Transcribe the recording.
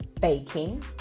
baking